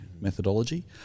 methodology